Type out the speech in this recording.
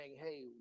hey